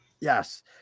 yes